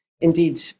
Indeed